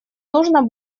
нужно